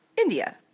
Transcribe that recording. india